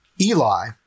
Eli